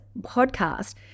podcast